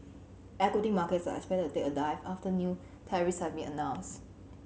equity markets are expected to take a dive after new tariffs have been announced